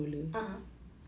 uh um